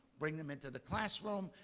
bring them into the classroom,